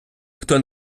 хто